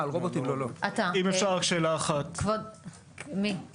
אם אפשר רק שאלה אחת: שוב,